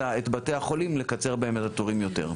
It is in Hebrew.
בתי החולים לקצר בהם את התורים יותר.